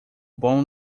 bom